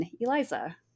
Eliza